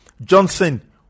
Johnson